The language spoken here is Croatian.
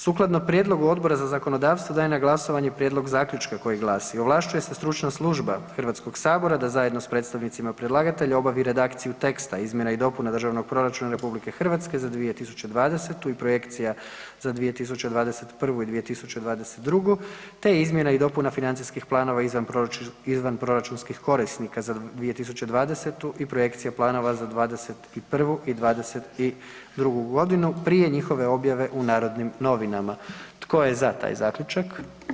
Sukladno prijedlogu Odbora za zakonodavstvo dajem na glasovanje Prijedlog zaključka koji glasi: „Ovlašćuje se stručna služba HS da zajedno s predstavnicima predlagatelja obavi redakciju teksta izmjena i dopuna Državnog proračuna RH za 2020. i projekcija za 2021. i 2022., te izmjena i dopuna financijskih planova izvanproračunskih korisnika za 2020. i projekcije planova za '21. i 22.g. prije njihove objave u Narodnim novinama.“ Tko je za taj zaključak?